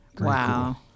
Wow